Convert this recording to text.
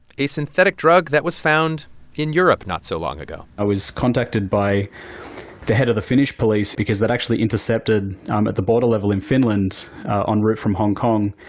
a synthetic drug that was found in europe not so long ago i was contacted by the head of the finnish police because they'd actually intercepted, um at the border level in finland on route from hong kong,